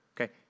Okay